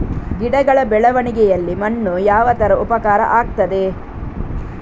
ಗಿಡಗಳ ಬೆಳವಣಿಗೆಯಲ್ಲಿ ಮಣ್ಣು ಯಾವ ತರ ಉಪಕಾರ ಆಗ್ತದೆ?